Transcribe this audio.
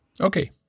Okay